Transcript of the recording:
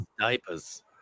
diapers